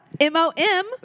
M-O-M